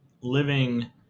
living